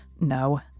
No